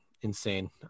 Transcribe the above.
insane